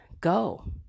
go